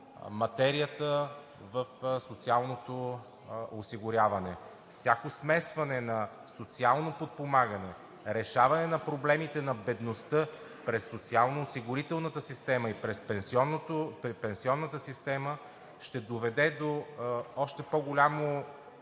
материята в социалното осигуряване. Всяко смесване на социално подпомагане, решаване на проблемите на бедността през социалноосигурителната и през пенсионната система ще доведе до още по голямо